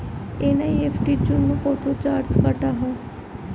NEFT জন্য কত charge কাটা হয়?